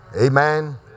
Amen